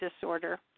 disorder